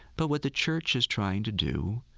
but what the church is trying to do,